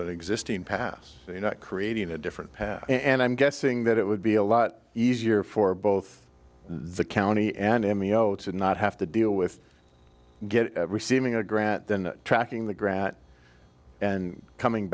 the existing pass you know creating a different path and i'm guessing that it would be a lot easier for both the county and amnio to not have to deal with get receiving a grant than tracking the grant and coming